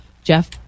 jeff